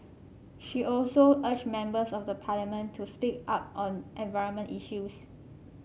she also urged members of the Parliament to speak up on environment issues